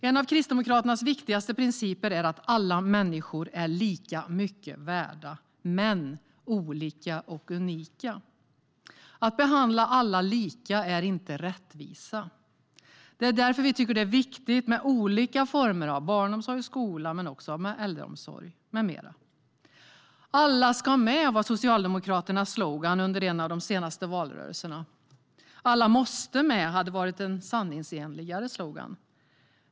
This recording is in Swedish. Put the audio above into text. En av Kristdemokraternas viktigaste principer är att alla människor är lika mycket värda men olika och unika. Att behandla alla lika är inte rättvisa. Det är därför som vi tycker att det är viktigt med olika former av barnomsorg och skola men även äldreomsorg med mera. "Alla ska med" var Socialdemokraternas slogan under en av de senaste valrörelserna. "Alla måste med" hade varit en mer sanningsenlig slogan.